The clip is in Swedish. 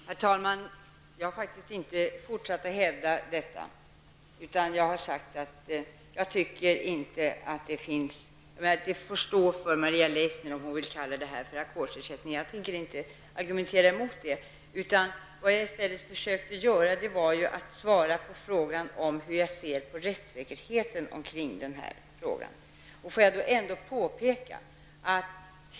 Herr talman! Jag har faktiskt inte fortsatt att hävda något sådant. Det får stå för Maria Leissner om hon vill kalla detta för ackordsersättning. Jag tänker inte argumentera emot det. Jag försökte svara på frågan om hur jag ser på rättssäkerheten.